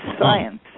science